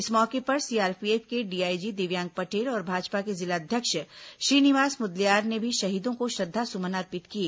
इस मौके पर सीआरपीएफ के डीआईजी दिव्यांग पटेल और भाजपा के जिला अध्यक्ष श्रीनिवास मुदलियार ने भी शहीदों को श्रद्वासुमन अर्पित किए